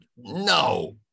No